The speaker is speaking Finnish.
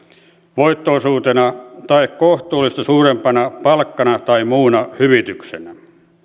voitto osuutena tai kohtuullista suurempana palkkana tai muuna hyvityksenä